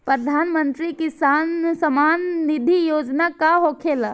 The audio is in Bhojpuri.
प्रधानमंत्री किसान सम्मान निधि योजना का होखेला?